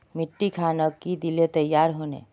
मिट्टी खानोक की दिले तैयार होने?